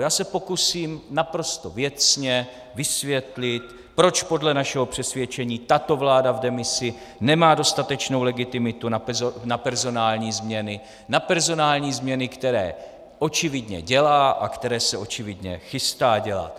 Já se pokusím naprosto věcně vysvětlit, proč podle našeho přesvědčení tato vláda v demisi nemá dostatečnou legitimitu na personální změny, na personální změny, které očividně dělá a které se očividně chystá dělat.